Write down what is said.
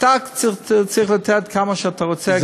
אתה צריך לתת כמה שתה רוצה,